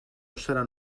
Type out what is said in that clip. seran